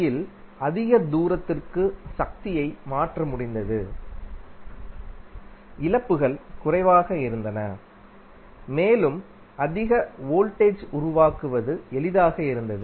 இல் அதிக தூரத்திற்கு சக்தியை மாற்ற முடிந்த்து இழப்புகள் குறைவாக இருந்தன மேலும் அதிக வோல்டேஜ் உருவாக்குவது எளிதாக இருந்தது